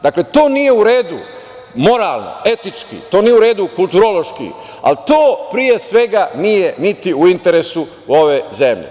Dakle, to nije u redu moralno, etički, to nije u redu kulturološki, ali to pre svega niti u interesu ove zemlje.